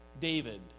David